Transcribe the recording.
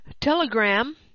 Telegram